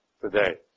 today